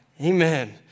amen